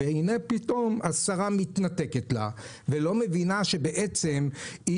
והנה פתאום השרה מתנתקת לה ולא מבינה שהיא